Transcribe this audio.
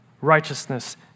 righteousness